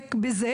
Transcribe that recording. שעושה את זה,